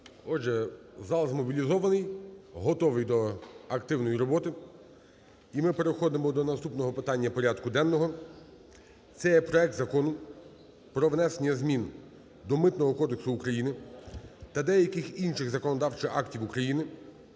Отже, зал змобілізований, готовий до активної роботи. І ми переходимо до наступного питання порядку денного – це є проект Закону про внесення змін до Митного кодексу України та деяких інших законодавчих актів України